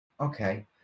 okay